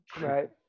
right